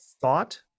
thought